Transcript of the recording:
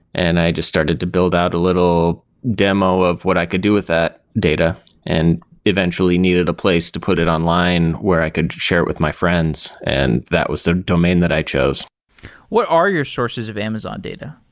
and i just started to build out a little demo of what i could do with that data and eventually needed a place to put it online where i could share it with my friends, and that was the so domain that i chose what are your sources of amazon data?